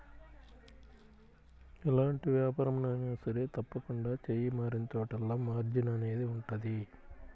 ఎలాంటి వ్యాపారంలో అయినా సరే తప్పకుండా చెయ్యి మారినచోటల్లా మార్జిన్ అనేది ఉంటది